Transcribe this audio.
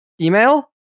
email